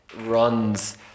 runs